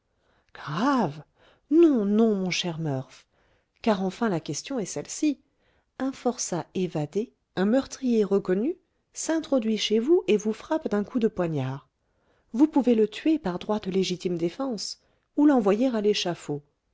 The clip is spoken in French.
grave non non mon cher murph car enfin la question est celle-ci un forçat évadé un meurtrier reconnu s'introduit chez vous et vous frappe d'un coup de poignard vous pouvez le tuer par droit de légitime défense ou l'envoyer à l'échafaud